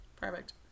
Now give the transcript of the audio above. Perfect